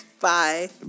Bye